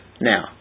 Now